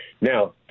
now